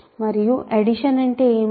మరియు అడిషన్ అంటే ఏమిటి